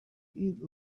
eat